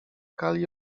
kali